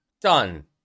Done